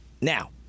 Now